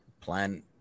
plan